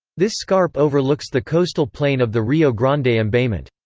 this scarp overlooks the coastal plain of the rio grande ah embayment.